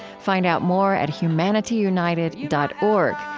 find out more at humanityunited dot org,